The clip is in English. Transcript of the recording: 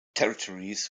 territories